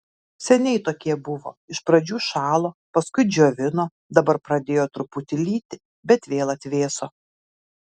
seniai tokie buvo iš pradžių šalo paskui džiovino dabar pradėjo truputį lyti bet vėl atvėso